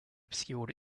obscured